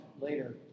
later